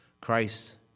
Christ